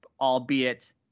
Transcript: albeit